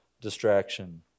distraction